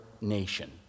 nation